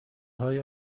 های